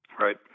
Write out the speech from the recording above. right